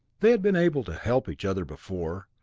they had been able to help each other before,